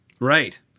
Right